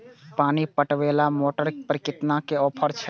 पानी पटवेवाला मोटर पर केतना के ऑफर छे?